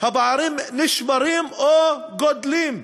הפערים נשמרים או גדלים.